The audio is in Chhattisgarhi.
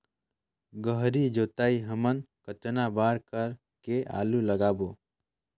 गहरी जोताई हमन कतना बार कर के आलू लगाबो?